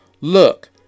Look